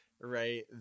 right